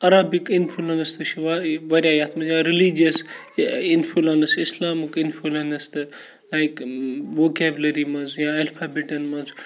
Arabic influence تہِ چھِ واریاہ واریاہ یَتھ منٛز یا ریلِجَس اِنفُلَنس اِسلامُک اِنفُلَنٕس تہٕ لایِک ووکیبلٔری مَنٛز یا ایلفابِٹَن مَنٛز